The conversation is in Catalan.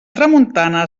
tramuntana